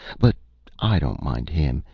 but i don't mind him,